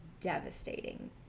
devastating